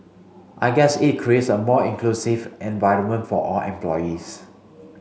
I guess it creates a more inclusive environment for all employees